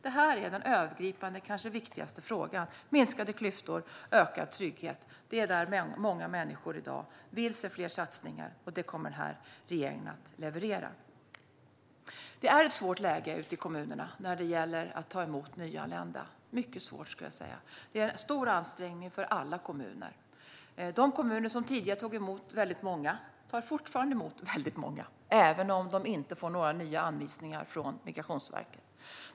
Detta är den kanske viktigaste frågan. Minskade klyftor och ökad trygghet - där vill många människor i dag se fler satsningar, och det kommer den här regeringen att leverera. Det är ett svårt läge ute i kommunerna när det gäller att ta emot nyanlända. Det är mycket svårt, skulle jag säga. Det är en stor ansträngning för alla kommuner. De kommuner som tidigare tog emot väldigt många tar fortfarande emot väldigt många, även om de inte får några nya anvisningar från Migrationsverket.